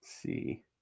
See